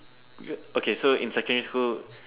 yeah okay so in secondary school